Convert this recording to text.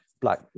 black